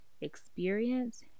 experience